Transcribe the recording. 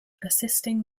assisting